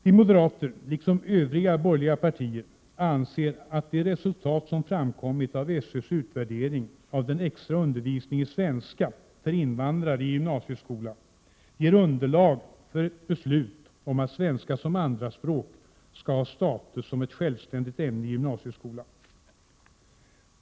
Vi moderater liksom övriga borgerliga partier anser att de resultat som framkommit av SÖ:s utvärdering av den extra undervisningen i svenska för invandrare i gymnasieskolan ger underlag för beslut om att svenska som andra språk skall ha status som ett självständigt ämne i gymnasieskolan.